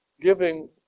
giving